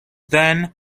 then